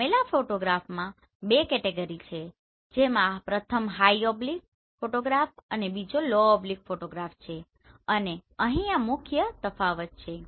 નમેલા ફોટોગ્રાફમાં બે કેટેગરી છે જેમાં પ્રથમ હાઈ ઓબ્લીક ફોટોગ્રાફ અને બીજો લો ઓબ્લીક ફોટોગ્રાફ છે અને અહીં આ મુખ્ય તફાવત છે